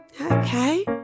Okay